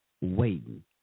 waiting